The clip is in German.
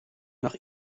nach